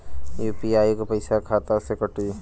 UPI क पैसा खाता से कटी?